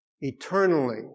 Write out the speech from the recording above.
eternally